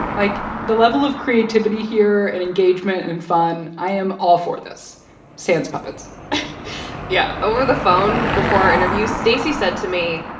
like, the level of creativity here and engagement and fun, i am all for this sans puppets yeah. over the phone, before our interview, stacy said to me,